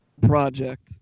project